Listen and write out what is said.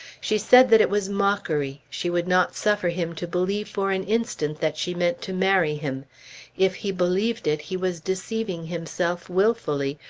she said that it was mockery, she would not suffer him to believe for an instant that she meant to marry him if he believed it, he was deceiving himself wilfully,